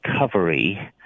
recovery